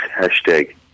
hashtag